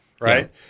right